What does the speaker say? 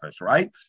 right